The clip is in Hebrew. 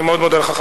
אני מאוד מודה לך,